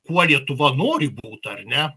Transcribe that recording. kuo lietuva nori būt ar ne